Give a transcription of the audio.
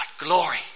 glory